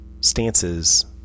stances